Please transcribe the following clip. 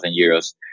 euros